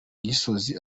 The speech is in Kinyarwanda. gisozi